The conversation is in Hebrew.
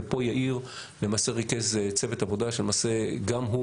ופה יאיר למעשה ריכז צוות עבודה כשלמעשה גם הוא